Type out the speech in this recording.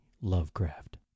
Lovecraft